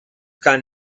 kind